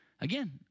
Again